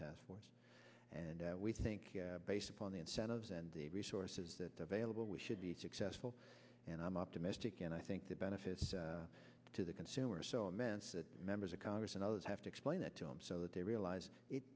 task force and we think based upon the incentives and the resources that are available we should be successful and i'm optimistic and i think the benefits to the consumer so immense that members of congress and others have to explain that to them so that they realize it